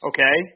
Okay